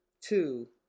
two